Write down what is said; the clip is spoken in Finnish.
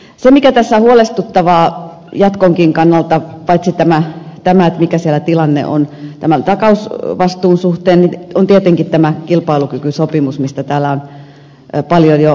se mikä tässä on huolestuttavaa jatkonkin kannalta paitsi se mikä siellä tilanne on tämän takausvastuun suhteen on tietenkin tämä kilpailukykysopimus mistä täällä on paljon jo puhuttu